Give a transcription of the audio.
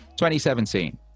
2017